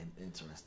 interesting